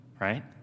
right